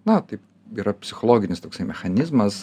na taip yra psichologinis toksai mechanizmas